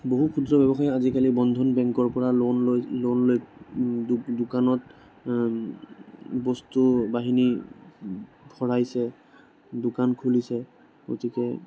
বহু ক্ষুদ্ৰ ব্যৱসায়ীয়ে আজিকালি বন্ধন বেংকৰ পৰা লোন লৈ দোকানত বস্তু বাহিনী ভৰাইছে দোকান খুলিছে গতিকে